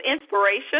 inspiration